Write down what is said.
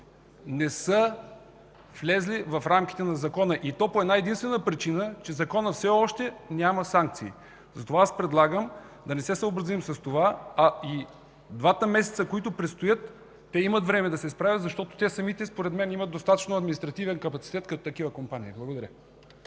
не са влезли в рамките на Закона и то по една-единствена причина – че Законът все още няма санкции. Затова предлагам да не се съобразим с това, а и в двата месеца, които предстоят, те имат време да се справят, защото те самите според мен имат достатъчно административен капацитет като такива компании. Благодаря.